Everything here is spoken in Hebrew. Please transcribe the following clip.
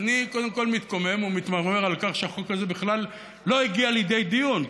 אני קודם כול מתקומם ומתמרמר על כך שהחוק הזה בכלל לא הגיע לידי דיון,